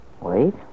Wait